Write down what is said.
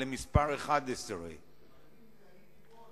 מס' 11. אבל אני הייתי פה,